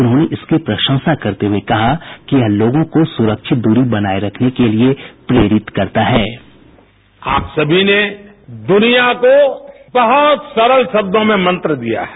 उन्होंने इसकी प्रशंसा करते हुए कहा कि यह लोगों को सुरक्षित दूरी बनाए रखने के लिए प्रेरित करता है बाईट आप सभी ने दुनिया को बहुत सरल शब्दों में मंत्र दिया है